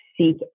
seek